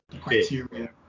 criteria